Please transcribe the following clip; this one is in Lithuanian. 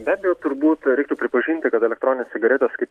be abejo turbūt reiktų pripažinti kad elektroninės cigaretės kaip